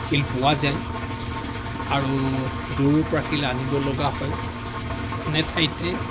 শিল পোৱা যায় আৰু দূৰৰ পৰা শিল আনিব লগা হয় এনে ঠাইতে